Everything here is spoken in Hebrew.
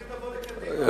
הם רוצים לעבור לקדימה.